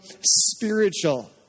Spiritual